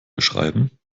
beschreiben